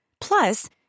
Plus